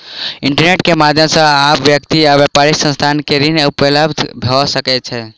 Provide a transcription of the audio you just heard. internet के माध्यम से आब व्यक्ति आ व्यापारिक संस्थान के ऋण उपलब्ध भ सकै छै